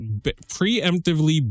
preemptively